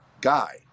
guy